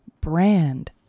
brand